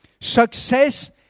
success